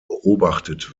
beobachtet